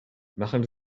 machen